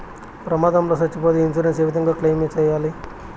ప్రమాదం లో సచ్చిపోతే ఇన్సూరెన్సు ఏ విధంగా క్లెయిమ్ సేయాలి?